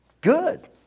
Good